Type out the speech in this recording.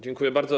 Dziękuję bardzo.